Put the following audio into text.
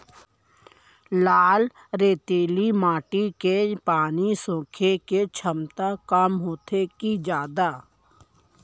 लाल रेतीली माटी के पानी सोखे के क्षमता कम होथे की जादा?